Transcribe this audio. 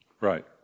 Right